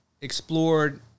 explored